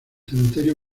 cementerio